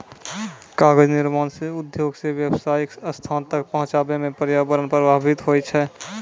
कागज निर्माण रो उद्योग से व्यावसायीक स्थान तक पहुचाबै मे प्रर्यावरण प्रभाबित होय छै